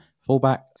fullback